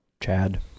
Chad